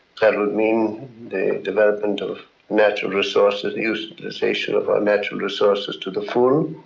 kind of would mean the development of natural resources, utilization of our natural resources to the full.